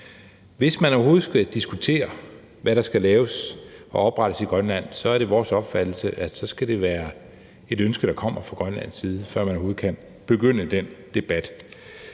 Hvis man overhovedet skal diskutere, hvad der skal laves og oprettes i Grønland, så er det vores opfattelse, at det skal være et ønske, der kommer fra Grønlands side, før man overhovedet kan begynde den debat.